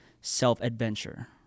self-adventure